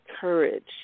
courage